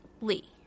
Lee